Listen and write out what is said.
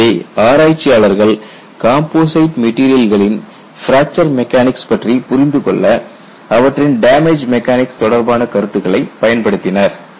எனவே ஆராய்ச்சியாளர்கள் கம்போசிட் மெட்டீரியல்களின் பிராக்சர் மெக்கானிக்ஸ் பற்றி புரிந்து கொள்ள அவற்றின் டேமேஜ் மெக்கானிக்ஸ் தொடர்பான கருத்துக்களை பயன்படுத்தினர்